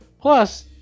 Plus